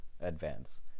advance